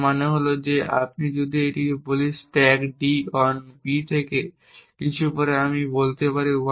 যার মানে হল যে এমনকি যদি আমি বলি স্ট্যাক d অন b থেকে কিছু পরে আমি বলতে পারি